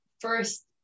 First